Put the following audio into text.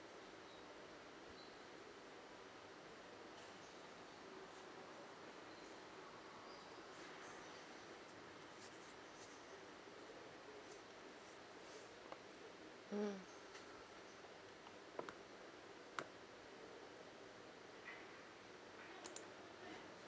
mm